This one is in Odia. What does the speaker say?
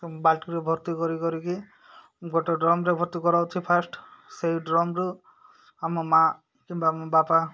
ବାଲଟିିରେ ଭର୍ତ୍ତି କରି କରିକି ଗୋଟେ ଡ୍ରମରେ ଭର୍ତ୍ତି କରାଯାଉଛି ଫାଷ୍ଟ ସେଇ ଡ୍ରମରୁ ଆମ ମାଆ କିମ୍ବା ମୋ ବାପା